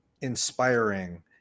inspiring